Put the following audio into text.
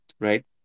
right